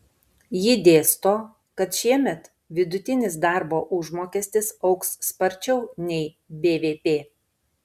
ji dėsto kad šiemet vidutinis darbo užmokestis augs sparčiau nei bvp